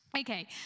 Okay